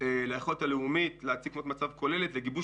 ליכולת הלאומית להציג תמונת מצב כוללת לגיבוש